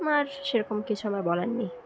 আমার সে রকম কিছু আমার বলার নেই